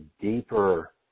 deeper